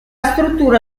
struttura